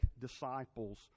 disciples